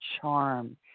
charm